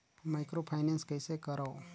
Microfinance कइसे करव?